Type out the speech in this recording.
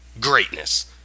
greatness